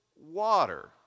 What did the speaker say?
water